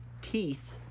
teeth